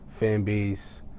Fanbase